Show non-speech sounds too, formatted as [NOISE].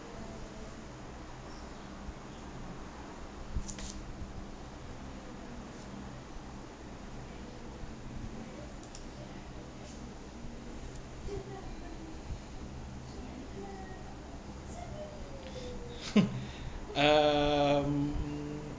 [LAUGHS] um